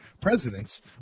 Presidents